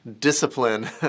discipline